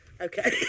Okay